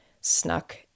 snuck